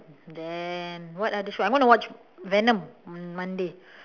then what other show I want to watch venom on monday